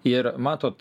ir matot